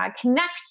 connect